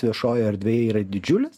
viešojoje erdvėje yra didžiulis